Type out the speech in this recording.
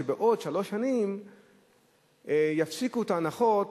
שבעוד שלוש שנים יפסיקו את ההנחות